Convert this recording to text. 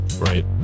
Right